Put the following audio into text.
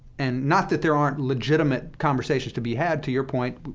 and not that there aren't legitimate conversations to be had, to your point,